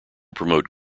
promote